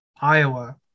Iowa